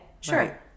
sure